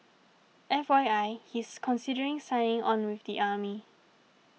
F Y I he's considering signing on with the army